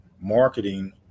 marketing